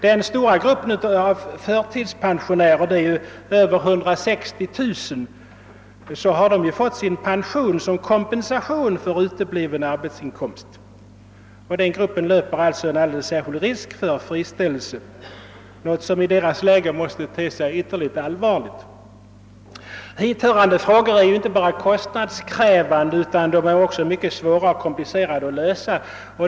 Den stora gruppen av förtidspensionärer — över 160 000 — har fått sin pension som kompensation för utebliven arbetsinkomst. Denna grupp löper alltså en alldeles särskild risk att friställas, något som måste te sig ytterligt allvarligt. Hithörande frågor är inte bara kostnadskrävande utan också svåra och komplicerade att lösa.